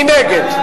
מי נגד?